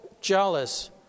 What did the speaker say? jealous